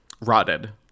Rotted